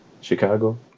Chicago